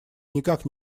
никак